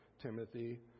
Timothy